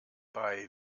bei